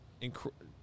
Incredible